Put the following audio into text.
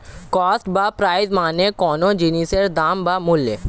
cost বা price মানে কোনো জিনিসের দাম বা মূল্য